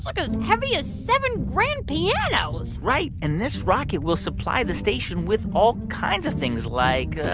like ah as heavy as seven grand pianos right. and this rocket will supply the station with all kinds of things like.